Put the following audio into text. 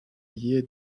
year